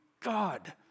God